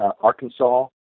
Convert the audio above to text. Arkansas